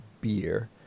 beer